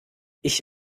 ich